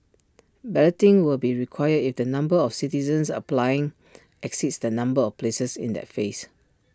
balloting will be required if the number of citizens applying exceeds the number of places in that phase